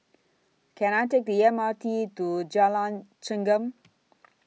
Can I Take The M R T to Jalan Chengam